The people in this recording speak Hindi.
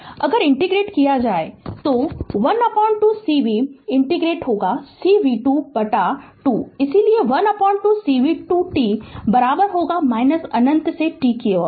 Refer Slide Time 1559 अगर इंटीग्रेट किया जाए तो 12 c v ∫ होगा c v2 बटा 2 इसलिए 12 c v 2 t अंनत से t